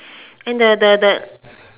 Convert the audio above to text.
and the the the